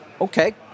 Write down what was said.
Okay